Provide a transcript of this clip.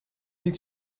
niet